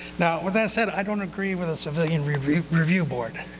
now, with that said, i don't agree with a civilian review review board.